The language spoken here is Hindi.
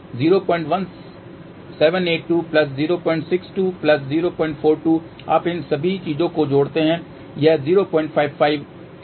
तो 01782 062 042 आप इन सभी चीजों को जोड़ते हैं यह 055 ठीक है